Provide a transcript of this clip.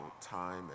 time